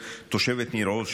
תושבת ניר עוז,